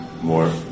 more